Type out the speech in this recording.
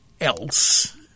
else